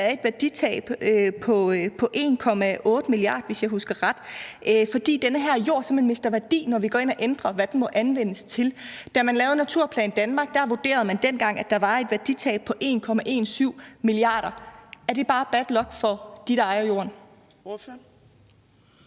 at der er et værditab på 1,8 mia. kr., hvis jeg husker ret, fordi den her jord simpelt hen mister værdi, når vi går ind og ændrer, hvad den må anvendes til. Da man lavede Naturplan Danmark, vurderede man, at der var et værditab på 1,17 mia. kr. Er det bare bad luck for dem, der ejer jorden? Kl.